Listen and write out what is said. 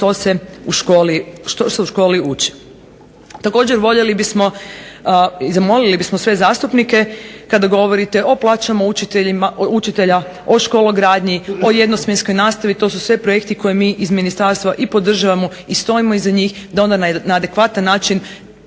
što se u školi uči. Također voljeli bismo i zamolili bismo sve zastupnike kada govorite o plaćama učitelja, o škologradnji, o jednosmjenskoj nastavi. To su sve projekti koje mi iz ministarstva i podržavamo i stojimo iza njih da ona na adekvatan način